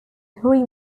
three